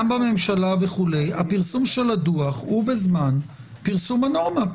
גם בממשלה וכו' פרסום הדוח הוא בזמן פרסום הנורמה.